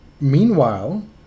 Meanwhile